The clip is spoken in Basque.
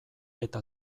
eta